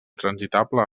transitable